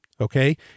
Okay